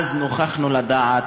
ואז נוכחנו לדעת